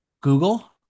Google